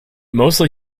mostly